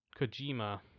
Kojima